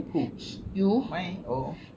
who my oh